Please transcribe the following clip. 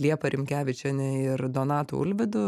liepa rimkevičiene ir donatu ulvidu